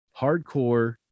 hardcore